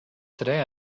today